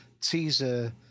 teaser